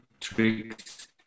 tricks